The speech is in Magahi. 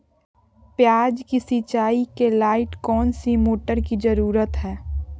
प्याज की सिंचाई के लाइट कौन सी मोटर की जरूरत है?